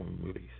movies